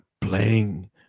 playing